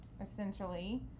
essentially